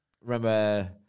Remember